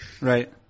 Right